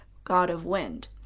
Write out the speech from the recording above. god of wind.